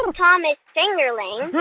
thomas fingerling. what.